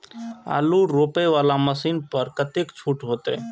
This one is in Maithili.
आलू रोपे वाला मशीन पर कतेक छूट होते?